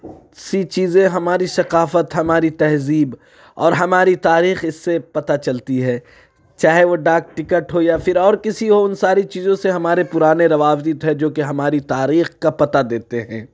سی چیزیں ہماری ثقافت ہماری تہذیب اور ہماری تاریخ اِس سے پتا چلتی ہے چاہے وہ ڈاک ٹکٹ ہو یا پھر اور کسی ہو اُن ساری چیزوں سے ہمارے پرانے روابط ہیں جو کہ ہماری تاریخ کا پتہ دیتے ہیں